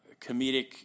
comedic